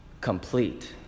complete